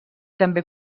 també